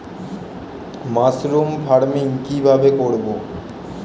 Mushroom farming কি ভাবে করব?